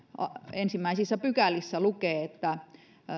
ensimmäisissä pykälissä lukee yliopistojen tehtävistä että